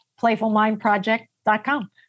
PlayfulMindProject.com